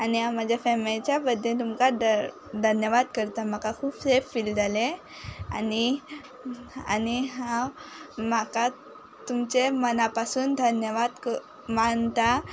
आनी हांव म्हज्या फेमिलीच्या वतीन तुमकां धन्यवाद करतां म्हाका खूब सेफ फिल जालें आनी आनी हांव म्हाका तुमचें मनापासून धन्यवाद मानतां